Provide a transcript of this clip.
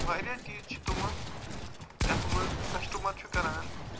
وارِیاہ چیٖز چھِ تِمہٕ یَتھ منٛز کسٹٕمر چھُ کَران